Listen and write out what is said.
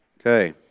Okay